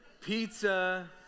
pizza